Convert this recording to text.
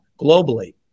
globally